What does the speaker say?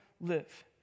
live